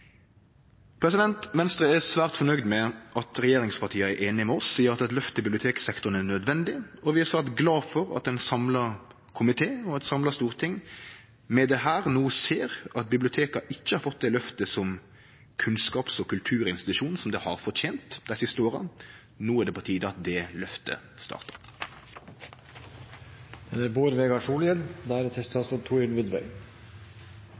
Venstre er svært fornøgde med at regjeringspartia er einige med oss i at eit løft i biblioteksektoren er nødvendig, og vi er svært glade for at ein samla komité og eit samla storting med dette no ser at biblioteka ikkje har fått det løftet som kunnskaps- og kulturinstitusjon som det har fortent dei siste åra. No er det på tide at det løftet startar.